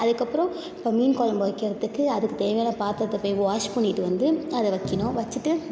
அதுக்கப்புறம் இப்போ மீன் கொழம்பு வைக்கிறதுக்கு அதுக்கு தேவையான பாத்திரத்தை போய் வாஷ் பண்ணிட்டு வந்து அதை வைக்கிணும் வச்சிட்டு